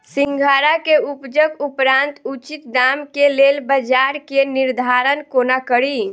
सिंघाड़ा केँ उपजक उपरांत उचित दाम केँ लेल बजार केँ निर्धारण कोना कड़ी?